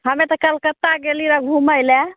हम्मे तऽ कलकत्ता गेली रहय घुमय लए